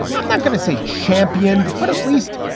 i'm not going to say championed, but at least,